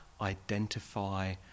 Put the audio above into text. identify